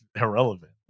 irrelevant